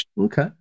Okay